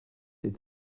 est